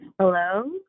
Hello